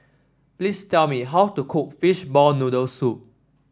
please tell me how to cook Fishball Noodle Soup